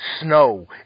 Snow